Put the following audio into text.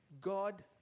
God